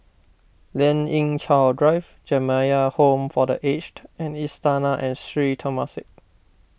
Lien Ying Chow Drive Jamiyah Home for the Aged and Istana and Sri Temasek